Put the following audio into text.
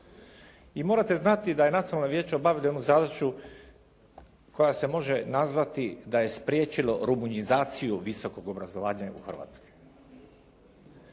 I morate znati da je nacionalno vijeće obavilo onu zadaću koja se može nazvati da je spriječilo rumunjizaciju visokog obrazovanja u Hrvatskoj.